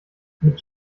mit